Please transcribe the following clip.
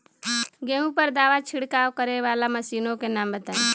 गेहूँ पर दवा छिड़काव करेवाला मशीनों के नाम बताई?